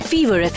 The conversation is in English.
Fever